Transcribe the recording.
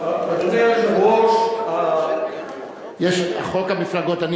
אדוני היושב-ראש חוק המפלגות,